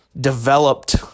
developed